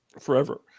forever